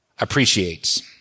appreciates